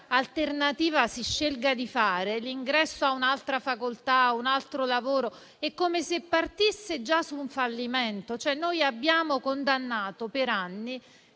alternativa si scelga di fare, l'ingresso a un'altra facoltà o un altro lavoro, è come se partisse già su un fallimento. Noi abbiamo condannato per anni